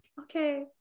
Okay